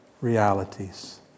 realities